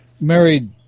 Married